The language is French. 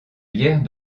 bières